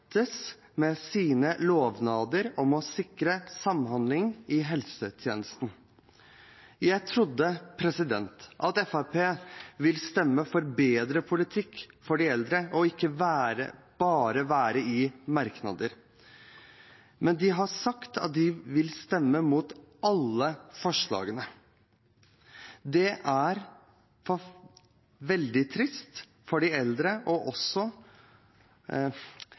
med sine lovnader om å sikre samhandling i helsetjenesten. Jeg trodde at Fremskrittspartiet ville stemme for bedre politikk for de eldre og ikke bare stå i merknader, men de har sagt at de vil stemme imot alle forslagene. Det er veldig trist for de eldre